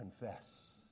Confess